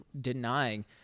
denying